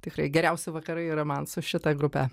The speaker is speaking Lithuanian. tikrai geriausi vakarai yra man su šita grupe